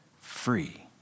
free